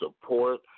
support